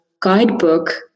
guidebook